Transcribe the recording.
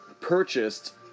purchased